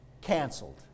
canceled